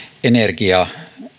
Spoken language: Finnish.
energia